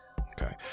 Okay